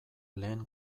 lehen